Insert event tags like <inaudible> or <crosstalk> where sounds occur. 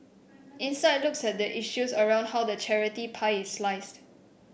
insight looks at the issues around how the charity <noise> pie is sliced